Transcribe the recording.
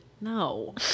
No